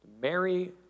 Mary